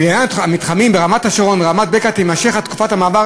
ולעניין המתחמים ברמת-השרון וברמת-בקע תימשך תקופת המעבר